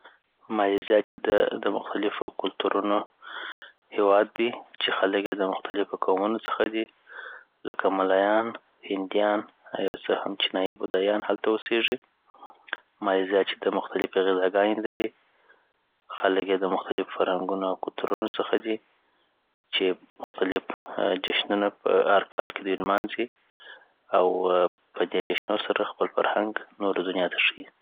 مالیزیا چی ده د مختلفو کلتورونو هیواد دی چی خلک یی دمختلفو قومونو څخه دی لکه ملایان هندیان او یو څه هم چینایی بودایانو هلته اوسیږی مالیزیا چي ده مختلفې غذاګانې لري .او خلک یی د مختلفو فرهنګونو او کلتورونو څخه دی چی مختلف جنشونونه په هرکال کي دوی لمانځی او پدي جشنو سره خپل فرهنګ نوره دنیا ته ښه یی